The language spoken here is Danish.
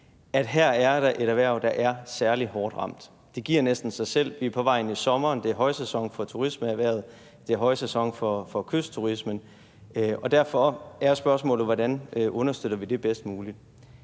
der her er et erhverv, der er særlig hårdt ramt. Det giver næsten sig selv: Vi er på vej ind i sommeren. Det er højsæson for turismeerhvervet. Det er højsæson for kystturismen. Og derfor er spørgsmålet, hvordan vi understøtter det bedst muligt.